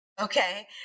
okay